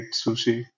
sushi